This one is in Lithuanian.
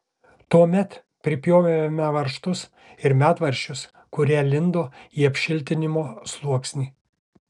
tuomet pripjovėme varžtus ir medvaržčius kurie lindo į apšiltinimo sluoksnį